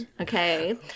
okay